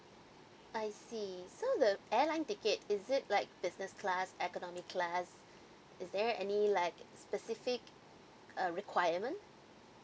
I see so the airline ticket is it like business class economy class is there any like specific uh requirement